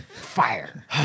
Fire